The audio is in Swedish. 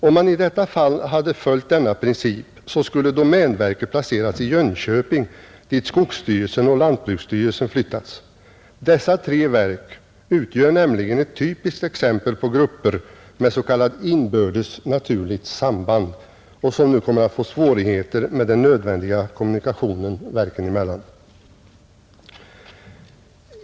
Om man i detta fall följt denna princip skulle domänverket ha placerats i Jönköping, dit skogsstyrelsen och lantbruksstyrelsen flyttas. Dessa tre verk utgör nämligen ett typiskt exempel på grupper med s.k. ”inbördes naturligt samband” och som nu kommer att få svårigheter med den nödvändiga kommunikationen verken emellan.